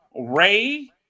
Ray